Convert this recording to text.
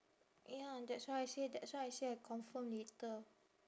ya that's why I say that's why I say confirm later